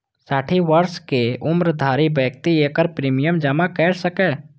साठि वर्षक उम्र धरि व्यक्ति एकर प्रीमियम जमा कैर सकैए